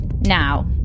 Now